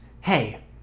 Hey